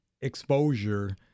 exposure